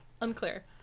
Unclear